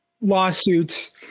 lawsuits